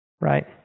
Right